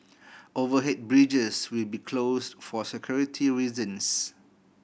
overhead bridges will be closed for security reasons